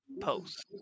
post